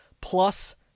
plus